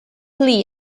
lee